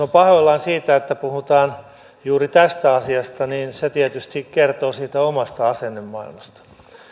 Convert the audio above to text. on pahoillaan siitä että puhutaan juuri tästä asiasta niin se tietysti kertoo siitä omasta asennemaailmasta